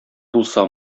булса